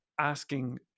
asking